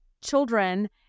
children